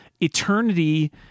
eternity